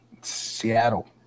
Seattle